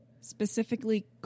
Specifically